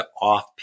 off